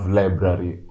library